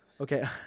Okay